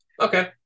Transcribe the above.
Okay